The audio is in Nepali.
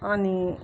अनि